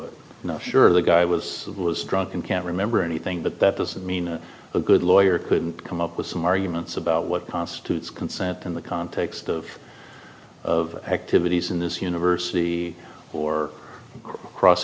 know sure the guy was was drunk and can't remember anything but that doesn't mean a good lawyer couldn't come up with some arguments about what constitutes consent in the context of of activities in this university or cross